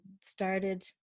started